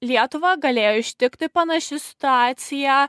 lietuvą galėjo ištikti panaši situacija